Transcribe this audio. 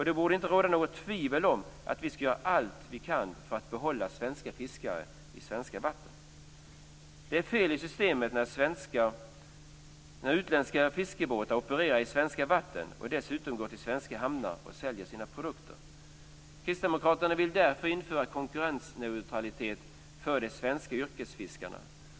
Det borde inte råda något tvivel om att vi skall göra allt vi kan för att behålla svenska fiskare i svenska vatten. Det är fel i systemet när utländska fiskebåtar opererar i svenska vatten och dessutom går till svenska hamnar och säljer sina produkter. Kristdemokraterna vill därför införa konkurrensneutralitet för de svenska yrkesfiskarna.